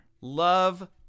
Love